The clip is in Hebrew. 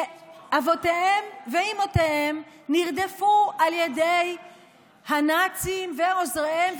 שאבותיהם ואימותיהם נרדפו על ידי הנאצים ועוזריהם,